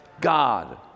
God